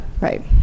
Right